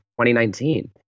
2019